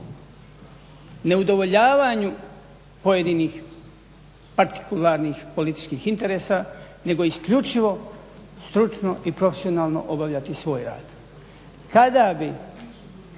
neudovoljavanju pojedinih partikularnih političkih interesa, nego isključivo stručno i profesionalno obavljati svoj rad.